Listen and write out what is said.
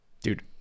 dude